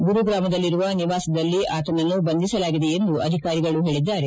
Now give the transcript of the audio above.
ಗುರುಗ್ರಾಮದಲ್ಲಿರುವ ನಿವಾಸದಲ್ಲಿ ಆತನನ್ನು ಬಂಧಿಸಲಾಗಿದೆ ಎಂದು ಅಧಿಕಾರಿಗಳು ಹೇಳಿದ್ದಾರೆ